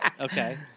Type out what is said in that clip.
Okay